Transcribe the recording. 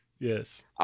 Yes